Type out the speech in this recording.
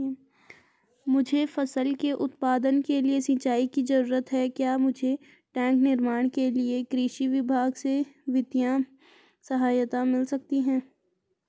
मुझे फसल के उत्पादन के लिए सिंचाई की जरूरत है क्या मुझे टैंक निर्माण के लिए कृषि विभाग से वित्तीय सहायता मिल सकती है?